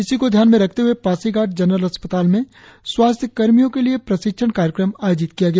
इसी को ध्यान में रखते हुए पासीघाट जनरल अस्पताल में स्वास्थ्य कर्मियों के लिए प्रशिक्षण कार्यक्रम आयोजित किया गया